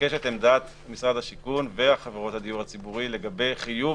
נבקש את עמדת משרד השיכון וחברות הדיור הציבורי לגבי חיוב